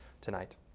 tonight